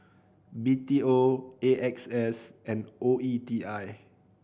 B T O A X S and O E T I